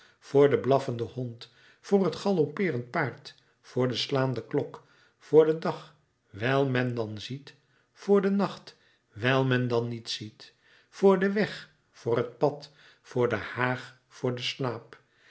voor den blaffenden hond voor het galoppeerend paard voor de slaande klok voor den dag wijl men dan ziet voor den nacht wijl men dan niet ziet voor den weg voor het pad voor de haag voor den slaap